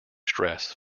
stress